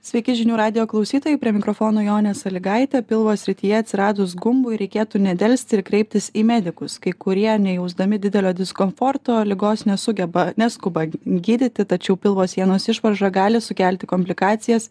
sveiki žinių radijo klausytojai prie mikrofono jonė salygaitė pilvo srityje atsiradus gumbui reikėtų nedelsti ir kreiptis į medikus kai kurie nejausdami didelio diskomforto ligos nesugeba neskuba gydyti tačiau pilvo sienos išvarža gali sukelti komplikacijas